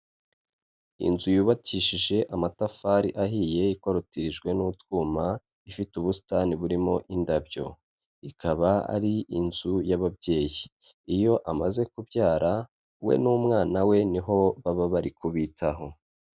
Inzu yubakishije amatafari ahiye ikorotirijwe n'utwuma ifite ubusitani burimo indabyo. Ikaba ari inzu y'ababyeyi. Iyo amaze kubyara we n'umwana we niho baba bari kubitaho.